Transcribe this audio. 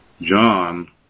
John